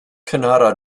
kannada